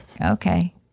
Okay